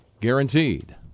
guaranteed